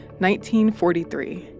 1943